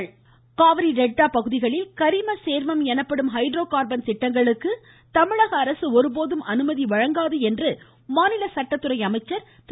கரிமசேர்மம் Kaveri delta பகுதிகளில் கரிமசேர்மம் எனப்படும் ஹைட்ரோகார்பன் திட்டங்களுக்கு தமிழக அரசு ஒருபோதும் அனுமதி வழங்காது என்று மாநில சட்டத்துறை அமைச்சர் திரு